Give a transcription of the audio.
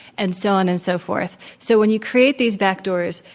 and so on and so forth. so, when you create these backdoors,